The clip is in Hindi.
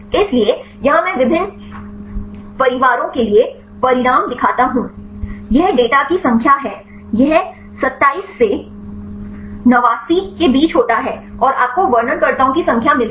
इसलिए यहां मैं विभिन्न परिवारों के लिए परिणाम दिखाता हूं यह डेटा की संख्या है यह 27 से 89 के बीच होता है और आपको वर्णनकर्ताओं की संख्या मिलती है